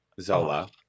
Zola